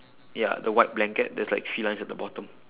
ya the white blanket there's like three lines at the bottom